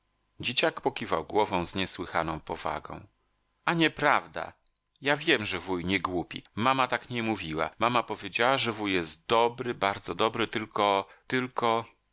dzieciak pokiwał głową z niesłychaną powagą a nie prawda ja wiem że wuj nie głupi mama tak nie mówiła mama powiedziała że wuj jest dobry bardzo dobry tylko tylko